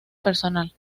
personal